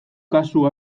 kasu